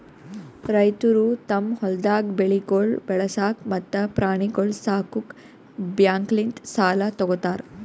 ರೈತುರು ತಮ್ ಹೊಲ್ದಾಗ್ ಬೆಳೆಗೊಳ್ ಬೆಳಸಾಕ್ ಮತ್ತ ಪ್ರಾಣಿಗೊಳ್ ಸಾಕುಕ್ ಬ್ಯಾಂಕ್ಲಿಂತ್ ಸಾಲ ತೊ ಗೋತಾರ್